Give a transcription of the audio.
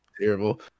terrible